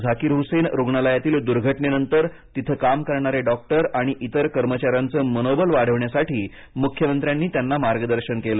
झाकीर हुसेन रुग्णालयातील दुर्घटनेनंतर तिथे काम करणारे डॉक्टर आणि इतर कर्मचाऱ्यांचे मनोबल वाढविण्यासाठी मुख्यमंत्र्यांनी त्यांना मार्गदर्शन केलं